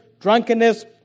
drunkenness